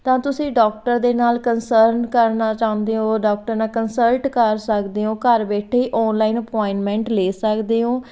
ਤਾਂ ਤੁਸੀਂ ਡਾਕਟਰ ਦੇ ਨਾਲ ਕੰਨਸਰਨ ਕਰਨਾ ਚਾਹੁੰਦੇ ਹੋ ਡਾਕਟਰ ਨਾਲ ਕੰਨਸਲਟ ਕਰ ਸਕਦੇ ਹੋ ਘਰ ਬੈਠੇ ਹੀ ਔਨਲਾਈਨ ਅਪੁਆਇੰਟਮੈਂਟ ਲੈ ਸਕਦੇ ਹੋ